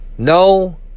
No